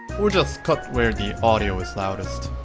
or just cut where the audio is loudest